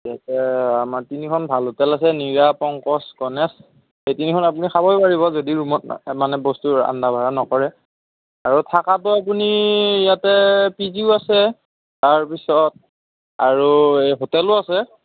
এতিয়া আমাৰ তিনিখন ভাল হোটেল আছে নীৰা পংকজ গণেশ এই তিনিখনত আপুনি খাবই পাৰিব যদি ৰুমত মানে বস্তু ৰান্ধা বাঢ়া নকৰে আৰু থাকাতো আপুনি ইয়াতে পি জি ও আছে তাৰপিছত আৰু এই হোটেলো আছে